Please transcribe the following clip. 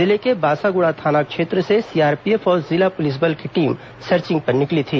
जिले के बासागुड़ा थाना क्षेत्र से सीआरपीएफ और जिला पुलिस बल की टीम सर्चिंग पर निकली थी